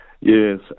Yes